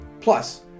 Plus